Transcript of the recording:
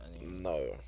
No